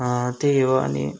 त्यही हो अनि